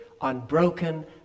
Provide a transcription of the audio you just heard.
unbroken